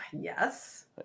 yes